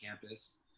campus